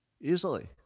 Easily